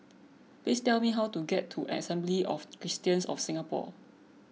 please tell me how to get to Assembly of Christians of Singapore